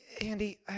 Andy